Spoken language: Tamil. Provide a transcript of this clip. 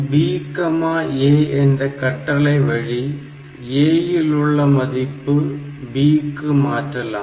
பின்னர் MOV BA என்ற கட்டளை வழி A இல் உள்ள மதிப்பு B க்கு மாற்றலாம்